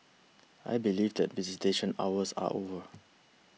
I believe that visitation hours are over